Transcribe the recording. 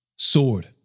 Sword